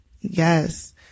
Yes